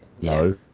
No